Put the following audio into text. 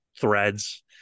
threads